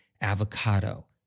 avocado